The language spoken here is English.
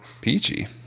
Peachy